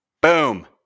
Boom